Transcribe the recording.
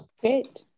Great